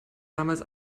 damals